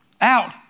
out